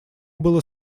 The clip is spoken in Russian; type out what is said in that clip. было